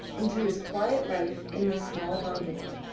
into his quiet life in the small bungalow.